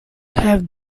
have